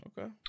Okay